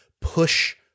push